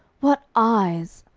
what eyes!